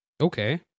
Okay